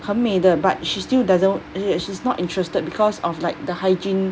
很美的 but she's still doesn't she's not interested because of like the hygiene